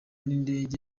n’indege